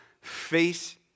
face